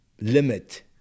limit